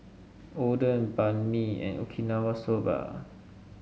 Oden Banh Mi and Okinawa Soba